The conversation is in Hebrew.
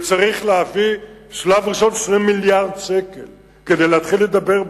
צריך להביא בשלב ראשון 2 מיליארדי שקלים כדי להתחיל לדבר בכלל,